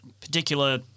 particular